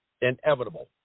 Inevitable